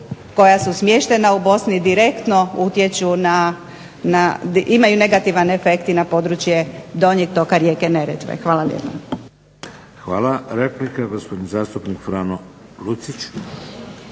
koja su smještena u Bosni direktno utječu, imaju negativan efekt na područje donjeg toka rijeke Neretve. Hvala lijepa. **Bebić, Luka (HDZ)** Hvala. Replika, gospodin zastupnik FRano Lucić.